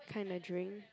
kinda drink